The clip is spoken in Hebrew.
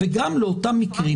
וגם לאותם מקרים,